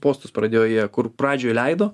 postus pradėjo jie kur pradžioj leido